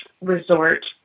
resort